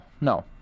no